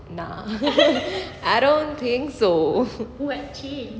nah I don't think so